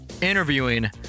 interviewing